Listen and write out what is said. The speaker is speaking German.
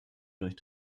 durch